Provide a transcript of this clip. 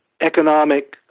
economic